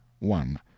one